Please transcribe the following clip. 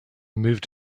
moved